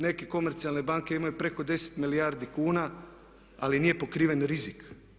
Neke komercijalne banke imaju preko 10 milijardi kuna ali nije pokriven rizik.